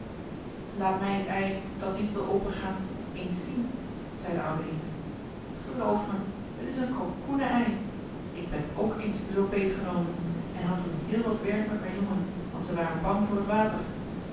laat mij het ei dat niet wil opengaan eens zien zei de oude eend geloof mij het is een kalkoenenei ik ben ook eens zoo beetgenomen en had toen heel wat werk met mijn jongen want zij waren bang voor het water